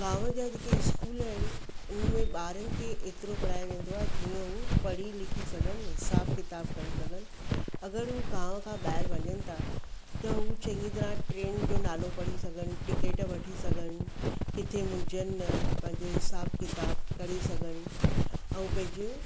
गांव जा जेके स्कूल आहिनि उन्हनि में ॿारनि खे एतिरो पढ़ाए वेंदो आहे जीअं हूअ पढ़ी लिखी सघनि हिसाब किताब करे सघनि अगरि हूअ गांव खां ॿाहिरि वञनि था त हूअ चङी तरह ट्रेन जो नालो पढ़ी सघनि टिकेट वठी सघनि किथे मुंझनि न पंहिंजो हिसाब किताब करे सघनि ऐं पंहिंजे हूअ